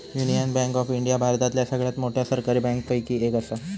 union bank of India भारतातल्या सगळ्यात मोठ्या सरकारी बँकांपैकी एक असा